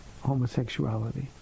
homosexuality